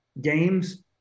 games